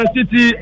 City